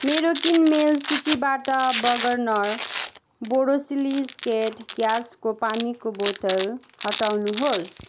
मेरो किनमेल सूचीबाट बर्गनर बोरोसिलिकेट ग्लासको पानीको बोतल हटाउनुहोस्